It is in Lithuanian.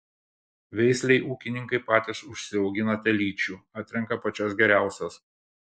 veislei ūkininkai patys užsiaugina telyčių atrenka pačias geriausias